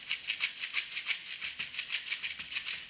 for